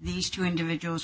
these two individuals